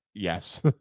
Yes